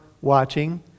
watching